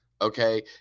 okay